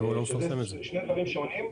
אלה שני דברים שונים,